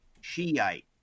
Shiite